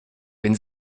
wenn